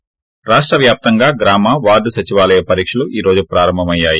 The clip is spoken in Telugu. ి రాష్టవ్యాప్తంగా గ్రామ వార్డు సచివాలయ పరీక్షలు ఈ రోజు ప్రారంభమయ్యాయి